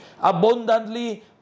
abundantly